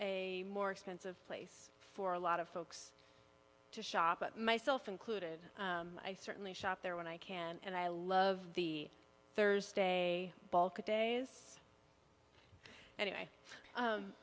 a more expensive place for a lot of folks to shop myself included i certainly shop there when i can and i love the thursday days anyway